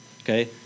okay